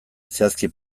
zehazki